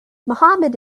mohammed